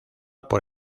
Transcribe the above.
por